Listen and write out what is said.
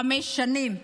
חמש שנים.